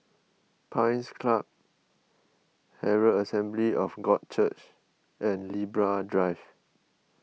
Pines Club Herald Assembly of God Church and Libra Drive